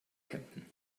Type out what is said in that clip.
kempten